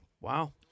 Wow